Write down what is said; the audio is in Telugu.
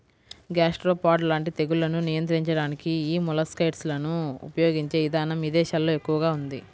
గ్యాస్ట్రోపాడ్ లాంటి తెగుళ్లను నియంత్రించడానికి యీ మొలస్సైడ్లను ఉపయిగించే ఇదానం ఇదేశాల్లో ఎక్కువగా ఉంది